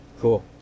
Cool